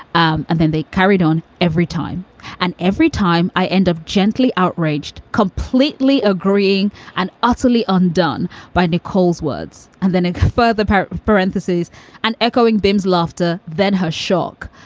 um and then they carried on every time and every time i end up gently outraged, completely agreeing and utterly undone by nicole's words. and then a further parentheses and echoing bems laughter then her shock.